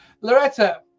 loretta